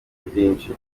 byinshi